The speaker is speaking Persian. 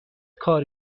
کار